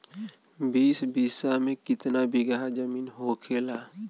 बीस बिस्सा में कितना बिघा जमीन होखेला?